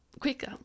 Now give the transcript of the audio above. quicker